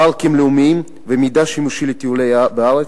פארקים לאומיים ומידע שימושי לטיולים בארץ,